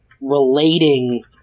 relating